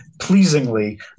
pleasingly